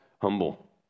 humble